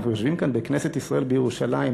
אנחנו יושבים כאן בכנסת ישראל בירושלים,